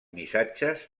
missatges